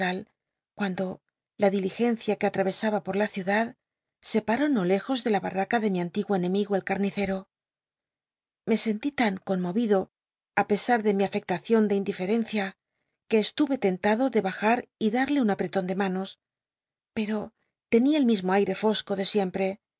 cuando la di ligencia que attavcsaba por la ciudad se p uó no lejos de la harraca de mi antiguo enemigo el carnicero me sentí tan conmovido á pesar de mi afectación de indiferencia que estur e tentado de hajat y dal'lc un apreton de manos pero tenia el mismo aii'c fosco de siemp